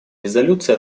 резолюции